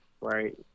Right